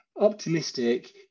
optimistic